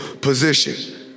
position